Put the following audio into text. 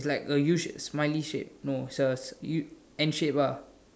like a U shape smiley shape no it's a U N shape ah